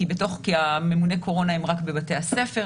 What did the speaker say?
כי ממוני הקורונה הם רק בבתי הספר.